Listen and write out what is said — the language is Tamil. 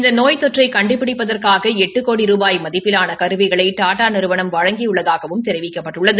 இந்த நோய் தொற்றை கண்டுபிடிப்பதற்காக எட்டு கோடி ருபாய் மதிப்பிலான கருவிகளை டாடா நிறுவனம் வழங்கியுள்ளதாகவும் தெரிவிக்கப்பட்டுள்ளது